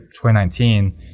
2019